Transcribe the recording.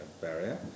barrier